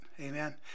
Amen